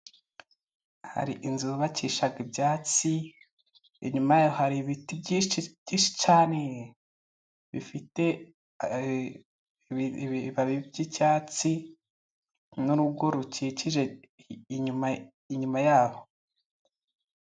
Hari inzu bubakisha ibyatsi, inyuma yayo hari ibiti byinshi cyane bifite ibibabi by'icyatsi, n'urugo rukikije inyuma yaho.